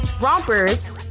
rompers